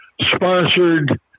sponsored